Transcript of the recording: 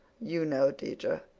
you know, teacher.